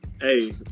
Hey